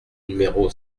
numéro